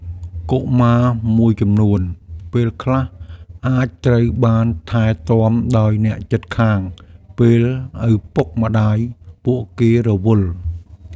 កុមារមួយចំនួន ពេលខ្លះអាចត្រូវបានថែទាំដោយអ្នកជិតខាងពេលឪពុកម្តាយពួកគេរវល់។